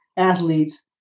Athletes